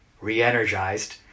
re-energized